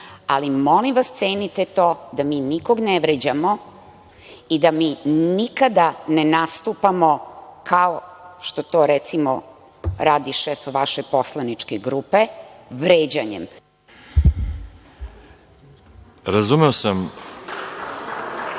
ali molim vas cenite to, da mi nikog ne vređamo i da mi nikada ne nastupamo kao što to recimo radi šef vaše poslaničke grupe – vređanjem. **Veroljub